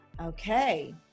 Okay